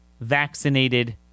vaccinated